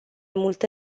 multă